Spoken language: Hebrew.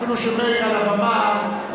אפילו שמאיר על הבמה,